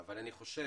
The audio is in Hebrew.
-- אבל אני חושב,